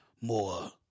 more